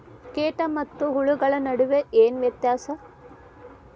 ಕೇಟ ಮತ್ತು ಹುಳುಗಳ ನಡುವೆ ಏನ್ ವ್ಯತ್ಯಾಸ?